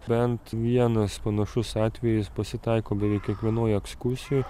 bent vienas panašus atvejis pasitaiko beveik kiekvienoj ekskursijoj